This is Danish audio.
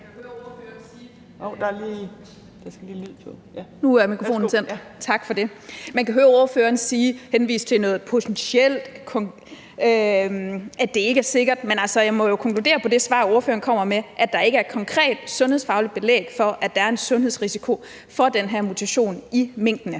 henvise til noget potentielt, at det ikke er sikkert. Men jeg må jo konkludere på det svar, ordføreren kommer med, at der ikke er noget konkret sundhedsfagligt belæg for, at der er en sundhedsrisiko for den her mutation i minkene.